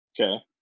Okay